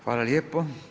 Hvala lijepo.